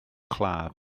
claf